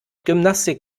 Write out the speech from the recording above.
gymnastik